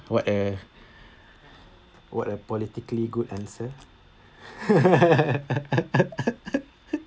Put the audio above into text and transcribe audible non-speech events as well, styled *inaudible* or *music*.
what uh what a politically good answer *laughs*